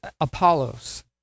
Apollos